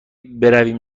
برویم